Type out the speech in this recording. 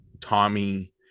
Tommy